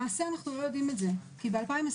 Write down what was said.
למעשה אנחנו לא יודעים את זה כי ב-2020